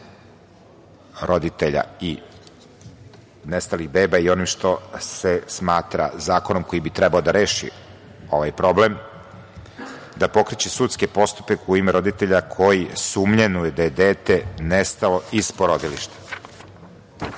roditelja i nestalih beba i onim što se smatra zakonom koji bi trebao da reši ovaj problem, da pokreće sudske postupka u ime roditelja koji sumnjaju da je dete nestalo iz porodilišta. Drago